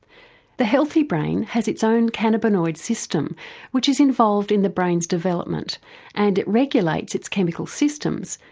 the healthy brain has its own cannabinoid system which is involved in the brain's development and it regulates its chemical systems,